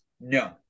No